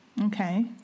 Okay